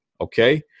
okay